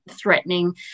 threatening